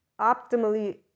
optimally